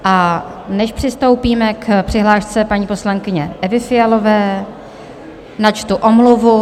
A než přistoupíme k přihlášce paní poslankyně Evy Fialové, načtu omluvu.